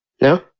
No